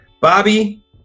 Bobby